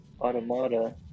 automata